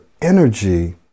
energy